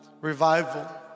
revival